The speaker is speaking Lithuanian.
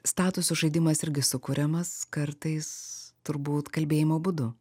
statusų žaidimas irgi sukuriamas kartais turbūt kalbėjimo būdu